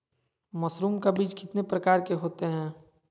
Mushroom का बीज कितने प्रकार के होते है?